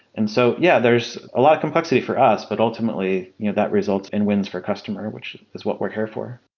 and so yeah, there's a lot of complexity for us, but ultimately you know that results in wins for customer, which is what we're here for.